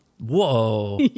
Whoa